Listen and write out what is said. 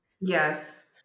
Yes